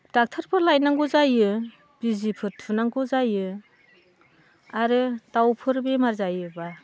डक्ट'रफोर लायनांगौ जायो बिजिफोर थुनांगौ जायो आरो दाउफोर बेमार जायोबा